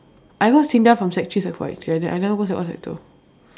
I go SINDA from sec three sec four actually then I never go sec one sec two